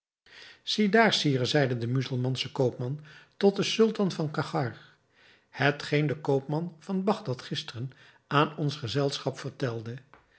daar sire zeide de muzelmansche koopman tot den sultan van cachgar hetgeen de koopman van bagdad gisteren aan ons gezelschap vertelde